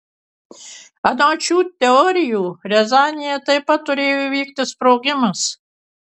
anot šių teorijų riazanėje taip pat turėjo įvykti sprogimas